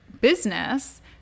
business